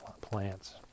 plants